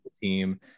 team